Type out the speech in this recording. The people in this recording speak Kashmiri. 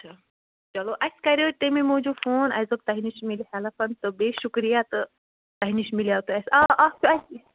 اَچھا چلو اَسہِ کَرِو تَمی موٗجوٗب فون اَسہِ دوٚپ تۄہہِ نِش میلہِ ہیٚلٕپ تہٕ بیٚیہِ شُکریہ تہٕ تۄہہِ نِش مِلیٛاو تہٕ آ آ اَکھ چھُ اَسہِ